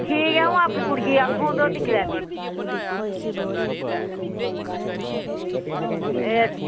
ठीक ऐ अं'ऊ अपनी कुड़ियै गी आखङ ते ओह् दिक्खी लैंदी एह्